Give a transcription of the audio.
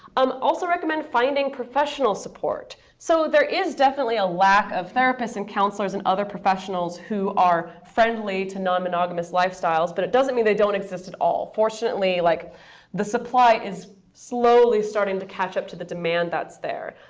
um also recommend finding professional support. so there is definitely a lack of therapists, and counselors, and other professionals who are friendly to non-monogamous lifestyles. but it doesn't mean they don't exist at all. fortunately, like the supply is slowly starting to catch up to the demand that's there.